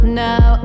now